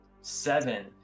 Seven